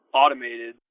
automated